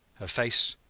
her face,